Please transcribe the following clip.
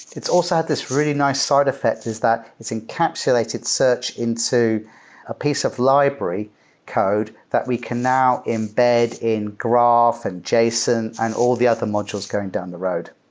it's also have this really nice side effect, is that it's encapsulated search into a piece of library code that we can now embed in graph, in and json and all the other modules going down the road